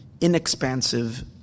inexpansive